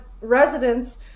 residents